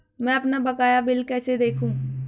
मैं अपना बकाया बिल कैसे देखूं?